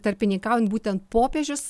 tarpininkaujant būtent popiežius